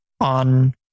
on